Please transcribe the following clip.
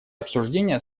обсуждения